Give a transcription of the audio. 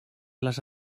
les